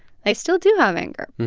i still do have anger.